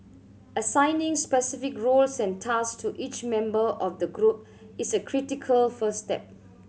assigning specific roles and task to each member of the group is a critical first step